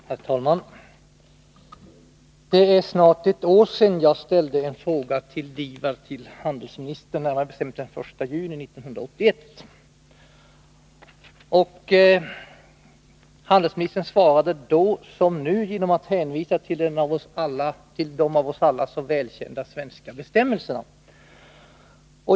Herr talman! Det är snart ett år sedan jag ställde en fråga om DIVAD till handelsministern, närmare bestämt den 1 juni 1981. Handelsministern svarade då som nu genom att hänvisa till de av oss alla så välkända svenska bestämmelserna.